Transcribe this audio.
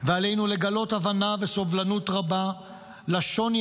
ועלינו לגלות הבנה וסובלנות רבה לשוני